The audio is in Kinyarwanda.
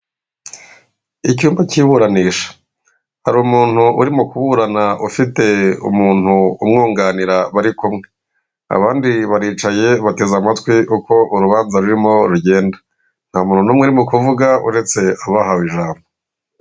Icyumba cy' iburanisha, hari umuntu urimo kuburana ufite umuntu umwunganira bari kumwe; abandi baricaye bateze amatwi uko urubanza rurimo rugenda. Nta muntu n'umwe urimo kuvuga uretse abahawe ijambo.